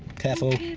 careful!